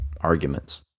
arguments